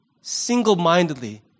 single-mindedly